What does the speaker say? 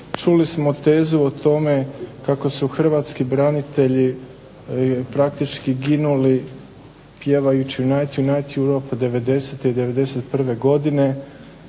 čuli smo tezu o tome kako su Hrvatski branitelji ginuli pjevajući "Unite, unite Europe" 90. i 91. godine,